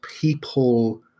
people